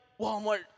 Walmart